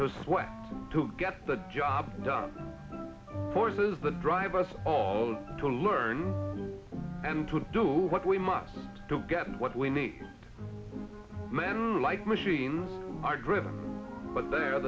those to get the job done forces that drive us all to learn and to do what we must to get what we need men like machines are driven but they're